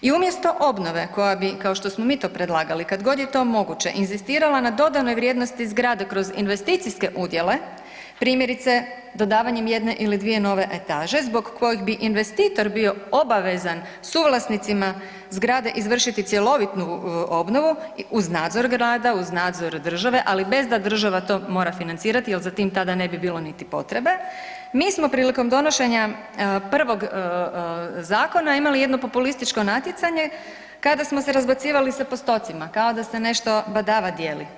I umjesto obnove koja bi kao što smo mi to predlagali kad god je to moguće inzistirala na dodanoj vrijednosti zgrade kroz investicijske udjele, primjerice dodavanjem jedne ili dvije nove etaže zbog koje bi investitor bio obvezan suvlasnicima zgrade izvršiti cjelovitu obnovu uz nadzor grada, uz nadzor države ali bez da država to mora financirati jer za tim tada ne bi bilo niti potrebe, mi smo prilikom donošenja prvog zakona imali jedno populističko natjecanje kada smo se razbacivali sa postocima kao da se nešto badava dijeli.